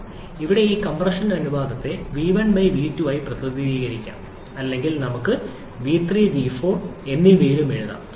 അതിനാൽ ഇവിടെ ഈ കംപ്രഷൻ അനുപാതത്തെ v1 v2 ആയി പ്രതിനിധീകരിക്കാം അല്ലെങ്കിൽ നമുക്ക് v3 v4 എന്നിവയിലും എഴുതാം